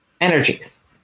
energies